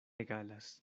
egalas